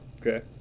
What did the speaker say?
Okay